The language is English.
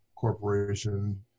corporation